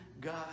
God